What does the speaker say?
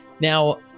Now